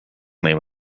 name